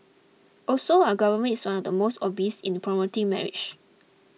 also our government is one of the most obsessed in the promoting marriage